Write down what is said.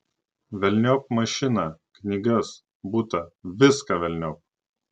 velniop mašiną knygas butą viską velniop